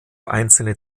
einzelne